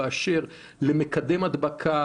באשר למקדם הדבקה,